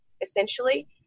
essentially